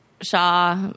Shaw